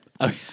Okay